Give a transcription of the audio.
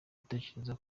utekereza